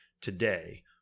today